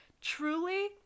truly